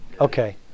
Okay